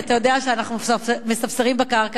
כי אתה יודע שאנחנו מספסרים בקרקע,